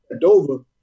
Dover